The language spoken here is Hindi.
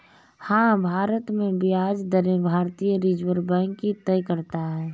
हाँ, भारत में ब्याज दरें भारतीय रिज़र्व बैंक ही तय करता है